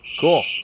cool